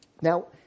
Now